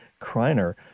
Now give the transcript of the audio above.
Kreiner